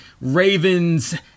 Ravens